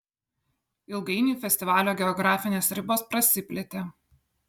ilgainiui festivalio geografinės ribos prasiplėtė